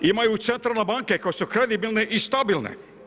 Imaju centralne banke koje su kredibilne i stabilne.